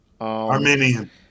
Armenian